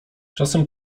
czasem